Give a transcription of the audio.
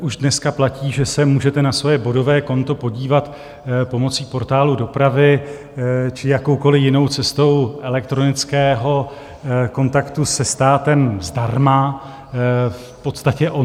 Už dneska platí, že se můžete na svoje bodové konto podívat pomocí Portálu dopravy či jakoukoliv jinou cestou elektronického kontaktu se státem zdarma, v podstatě online.